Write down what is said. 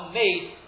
made